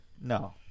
No